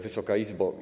Wysoka Izbo!